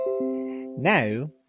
Now